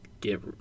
get